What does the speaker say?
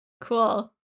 Cool